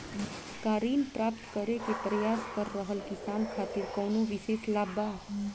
का ऋण प्राप्त करे के प्रयास कर रहल किसान खातिर कउनो विशेष लाभ बा?